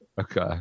okay